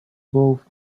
both